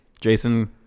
Jason